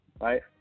right